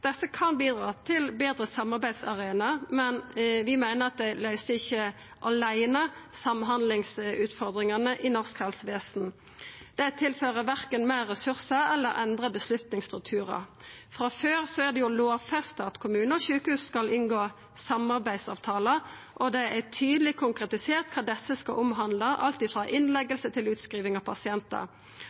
Desse kan bidra til betre samarbeidsarena, men vi meiner at det ikkje åleine løyser samhandlingsutfordringane i norsk helsevesen. Det tilfører verken meir ressursar eller endra vedtaksstrukturar. Frå før er det lovfesta at kommunar og sjukehus skal inngå samarbeidsavtalar, og det er tydeleg konkretisert kva desse skal handla om, alt frå innlegging til utskriving av pasientar.